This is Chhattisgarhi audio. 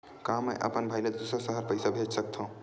का मैं अपन भाई ल दुसर शहर पईसा भेज सकथव?